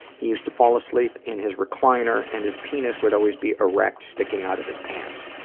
he used to fall asleep in his recliner and his penis would always be erect, sticking out of his pants.